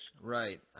Right